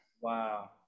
Wow